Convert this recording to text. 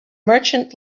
merchant